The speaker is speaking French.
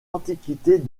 antiquités